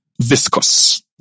viscous